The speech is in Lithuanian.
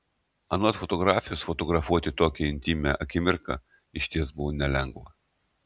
anot fotografės fotografuoti tokią intymią akimirką išties buvo nelengva